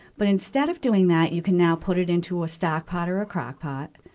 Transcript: but instead of doing that, you can now put it into a stockpot or a crock-pot,